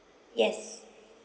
yes